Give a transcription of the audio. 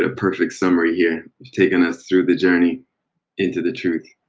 ah perfect summary here. you've taken us through the journey into the truth.